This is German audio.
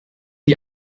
die